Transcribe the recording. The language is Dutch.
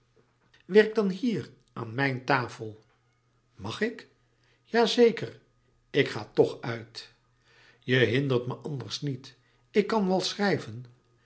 werk dan hier aan mijn tafel mag ik ja zeker ik ga toch uit je hindert me anders niet ik kan wel schrijven